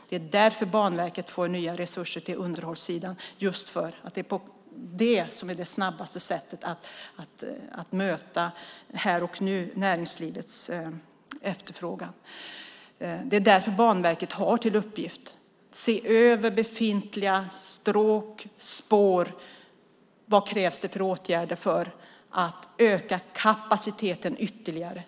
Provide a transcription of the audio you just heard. Det är därför Banverket får nya resurser till underhållssidan; det är det snabbaste sättet att möta näringslivets efterfrågan. Banverket har till uppgift att se över befintliga stråk, spår, och se vilka åtgärder som krävs för att öka kapaciteten ytterligare.